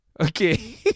Okay